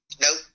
Nope